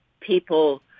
people